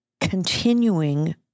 continuing